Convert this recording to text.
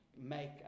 make